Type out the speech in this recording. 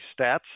stats